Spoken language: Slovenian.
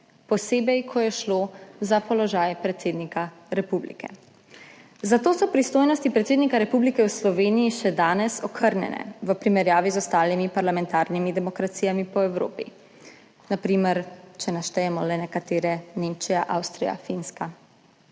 posebej ko je šlo za položaj predsednika republike. Zato so pristojnosti predsednika republike v Sloveniji še danes okrnjene v primerjavi z ostalimi parlamentarnimi demokracijami po Evropi, na primer, če naštejemo le nekatere, Nemčija, Avstrija, Finska,